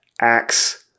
Acts